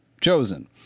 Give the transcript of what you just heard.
chosen